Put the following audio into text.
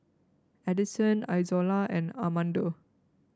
Addison Izola and Armando